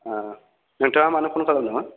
नोंथाङा मानो फ'न खालामदोंमोन